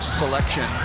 selection